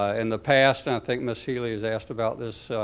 in the past and i think ms. healy has asked about this